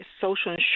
social